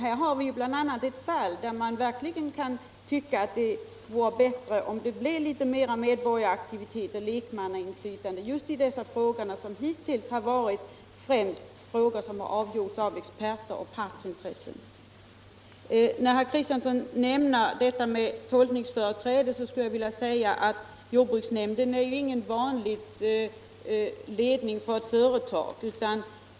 Här har vi bl.a. ett fall där man verkligen kan tycka aut det vore bättre om det blev mera medborgaraktivitet och större lekmannainflytande just i dessa frågor, som åtminstone hittills främst har avgjorts av experter och partsintressenter. Herr Kristiansson nämnde tolkningsföreträde. Jag skulle vilja säga att Jordbruksnämnden ju inte är någon vanlig ledning för ett företag.